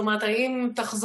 תודה, אדוני הנכבד.